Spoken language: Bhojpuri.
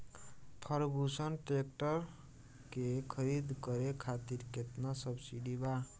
फर्गुसन ट्रैक्टर के खरीद करे खातिर केतना सब्सिडी बा?